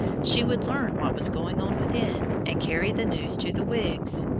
she would learn what was going on within, and carry the news to the whigs.